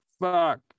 fuck